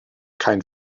kein